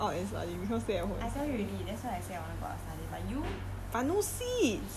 I tell you already that's why I say I want to go out study but you you say you don't want